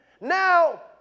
now